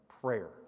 prayer